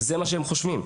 זה מה שהם חושבים.